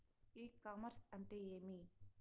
ఇ commerce అంటే ఏమి?